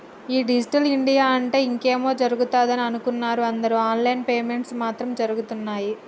ఈ digital India అంటే ఇంకేమో జరుగుతదని అనుకున్నరు అందరు ఆన్ లైన్ పేమెంట్స్ మాత్రం జరగుతున్నయ్యి